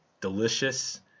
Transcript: delicious